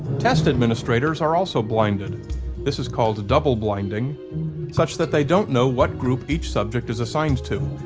test administrators are also blinded this is called double-blinding such that they don't know what group each subject is assigned to,